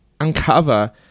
uncover